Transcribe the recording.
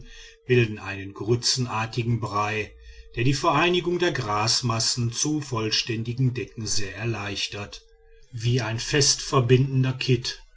bilden einen grützeartigen brei der die vereinigung der grasmassen zu vollständigen decken sehr erleichtert wie ein fest verbindender kitt